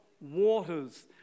waters